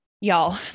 y'all